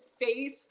face